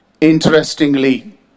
Interestingly